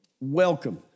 Welcome